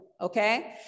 okay